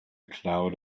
cloud